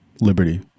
liberty